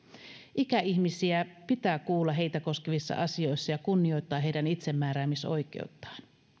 ikäihmisiä pitää kuulla heitä koskevissa asioissa ja kunnioittaa heidän itsemääräämisoikeuttaan